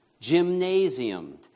Gymnasiumed